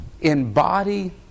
embody